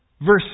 Verse